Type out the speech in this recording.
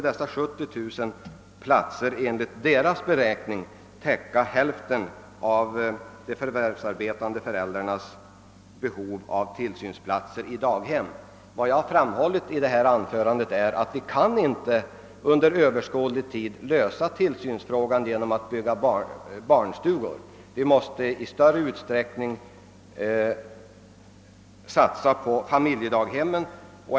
Dessa 70 000 platser skulle enligt beräkningarna täckta hälften av de förvärvsarbetande föräldrarnas behov av tillsynsplatser i daghem. Jag har också sagt att vi under överskådlig tid inte kan lösa tillsynsfrågan genom att bygga barnstugor. Vi måste i större utsträckning satsa på familjedaghemmen.